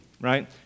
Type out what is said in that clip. right